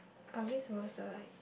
are we suppose to like